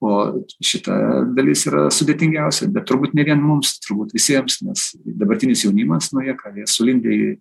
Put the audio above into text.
o šita dalis yra sudėtingiausia bet turbūt ne vien mums turbūt visiems nes dabartinis jaunimas nu jie ką jie sulindę į